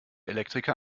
elektriker